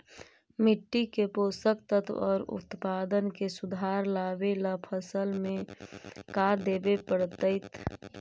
मिट्टी के पोषक तत्त्व और उत्पादन में सुधार लावे ला फसल में का देबे पड़तै तै?